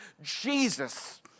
Jesus